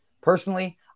Personally